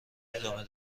ادامه